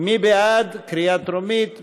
בקריאה טרומית.